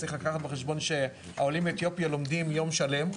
צריך לקחת בחשבון שהעולים מאתיופיה לומדים יום שלם,